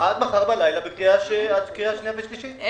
עד מחר בלילה בקריאה שנייה ושלישית.